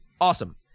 Awesome